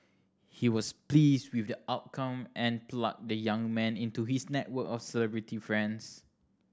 he was pleased with the outcome and plugged the young man into his network of celebrity friends